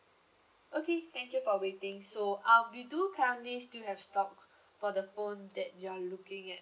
okay thank you for waiting so um we do currently still have stock for the phone that you're looking at